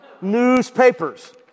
Newspapers